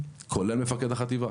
כולל מפקד החטיבה.